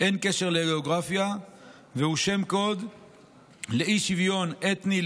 אין קשר לגיאוגרפיה אלא הוא שם קוד לאי-שוויון אתני,